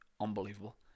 unbelievable